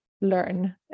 learn